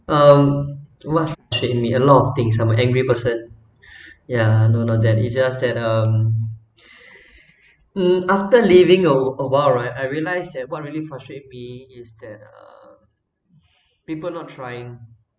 um what frustrates me a lot of things ah I'm a angry person ya no no then it's just that um um after living a while right I realise that what really frustrate me is that uh people not trying